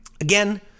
Again